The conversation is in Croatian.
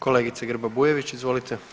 Kolegice Grba Bujević, izvolite.